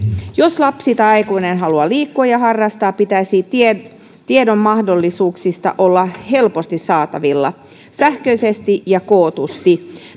jos lapsi tai aikuinen haluaa liikkua ja harrastaa pitäisi tiedon mahdollisuuksista olla helposti saatavilla sähköisesti ja kootusti